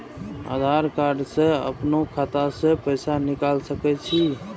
आधार कार्ड से अपनो खाता से पैसा निकाल सके छी?